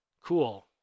cool